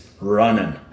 running